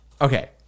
okay